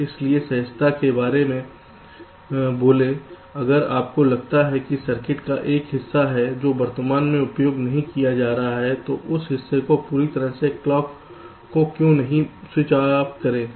इसलिए सहजता से बोलें अगर आपको लगता है कि सर्किट का एक हिस्सा है जो वर्तमान में उपयोग नहीं किया जा रहा है तो उस हिस्से पर पूरी तरह से क्लॉक को क्यों नहीं स्विच ऑफ करें